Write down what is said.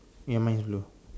ya mine is blue